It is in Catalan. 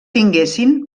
tinguessin